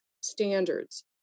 standards